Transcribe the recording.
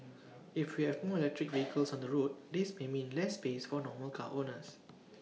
if we have more electric vehicles on the road this may mean less space for normal car owners